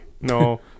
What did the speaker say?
No